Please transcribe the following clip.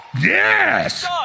yes